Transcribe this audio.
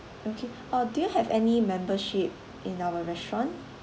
okay orh do you have any membership in our restaurant